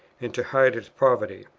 and to hide its poverty,